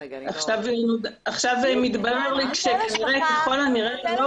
--- עכשיו מתברר לי שככל הנראה היום